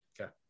Okay